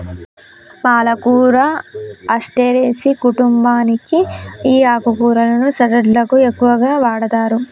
పాలకూర అస్టెరెసి కుంటుంబానికి ఈ ఆకుకూరలను సలడ్లకు ఎక్కువగా వాడతారు